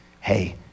hey